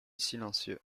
silencieux